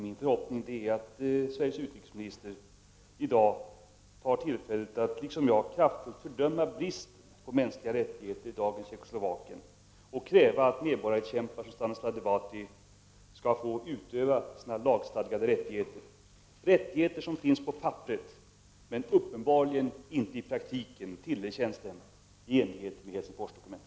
Min förhoppning är att Sveriges utrikesminister i dag tar tillfället att, liksom jag, kraftigt fördöma bristen på mänskliga rättigheter i dagens Tjeckoslovakien och kräva att medborgarrättskämpar som Stanislav Devåty skall få utöva sina lagstadgade rättigheter, rättigheter som finns på papperet men uppenbarligen i praktiken inte tillerkänns dem i enlighet med Helsingforsdokumentet.